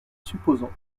supposons